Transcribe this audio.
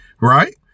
Right